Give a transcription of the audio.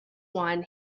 wine